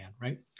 right